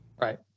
right